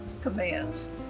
commands